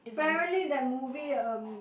apparently that movie um